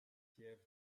piève